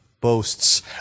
boasts